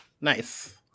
Nice